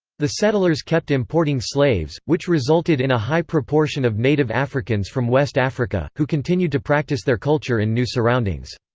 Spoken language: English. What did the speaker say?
the settlers kept importing slaves, which resulted in a high proportion of native africans from west africa, who continued to practice their culture in new surroundings.